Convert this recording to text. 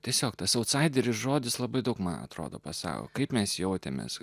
tiesiog tas autsaideris žodis labai daug man atrodo pasako kaip mes jautėmės